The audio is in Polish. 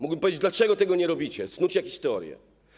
Mógłbym powiedzieć, dlaczego tego nie robicie, snuć jakieś teorie.